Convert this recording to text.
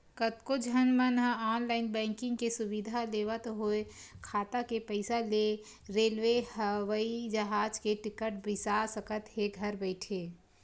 कतको झन मन ह ऑनलाईन बैंकिंग के सुबिधा लेवत होय खाता के पइसा ले रेलवे, हवई जहाज के टिकट बिसा सकत हे घर बइठे